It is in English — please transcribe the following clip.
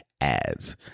ads